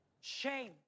shame